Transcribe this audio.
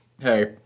Hey